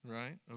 right